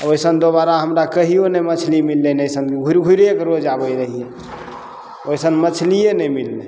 ओइसन दोबारा हमरा कहियौ नहि मछली मिललय ने अइसन घुरि घुइरे कऽ रोज आबय रहियै ओइसन मछलिये नहि मिललय